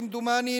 כמדומני,